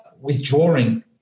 withdrawing